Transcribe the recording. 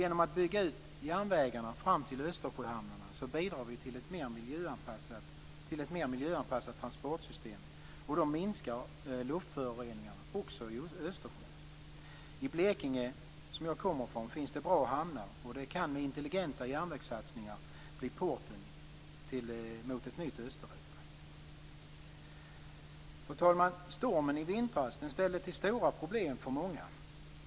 Genom att bygga ut järnvägarna fram till Östersjöhamnarna bidrar vi till ett mer miljöanpassat transportsystem, och då minskar luftföroreningarna också i Östersjön. I Blekinge, som jag kommer ifrån, finns det bra hamnar. De kan med intelligenta järnvägssatsningar bli porten mot ett nytt Östeuropa. Fru talman! Stormen i vintras ställde till stora problem för många.